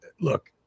look